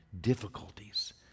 Difficulties